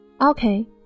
Okay